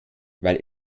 weil